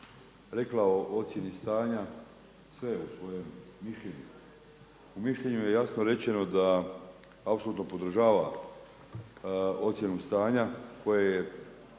rekla o ocjeni stanja sve u svojem mišljenju. U mišljenju je jasno rečeno da apsolutno podržava ocjenu stanja koje je